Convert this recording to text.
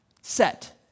set